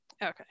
Okay